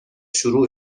شروع